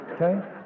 okay